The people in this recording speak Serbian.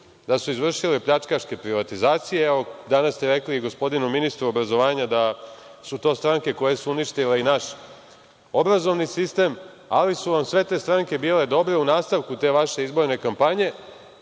da su izvršile pljačkaške privatizacije. Danas ste rekli i gospodinu ministru obrazovanja da su to stranke koje su uništile i naš obrazovni sistem, ali su vam sve te stranke bile dobre u nastavku te vaše izborne kampanje